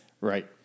Right